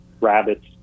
Rabbits